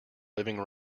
living